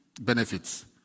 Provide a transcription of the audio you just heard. benefits